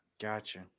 Gotcha